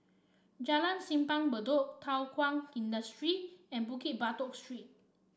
Jalan Simpang Bedok Thow Kwang Industry and Bukit Batok Street